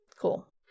cool